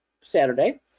saturday